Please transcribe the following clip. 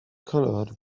colored